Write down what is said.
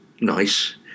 nice